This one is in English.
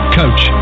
coach